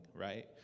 right